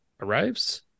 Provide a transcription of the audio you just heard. arrives